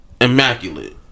Immaculate